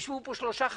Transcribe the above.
יישבו פה שלושה חברים,